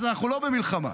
אז אנחנו לא במלחמה.